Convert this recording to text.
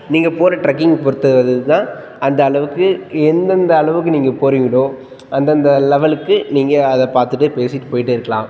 நீங்கள் போகிற ட்ரெக்கிங் பொறுத்தது தான் அந்த அளவுக்கு எந்ததெந்த அளவுக்கு நீங்கள் போகிறீங்களோ அந்தந்த லெவலுக்கு நீங்கள் அதை பார்த்துட்டு பேசிவிட்டு போய்ட்டே இருக்கலாம்